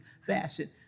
fashion